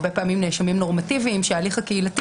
הרבה פעמים נאשמים נורמטיביים שההליך הקהילתי